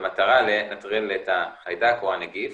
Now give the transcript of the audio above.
במטרה לנטרל את החיידק או הנגיף,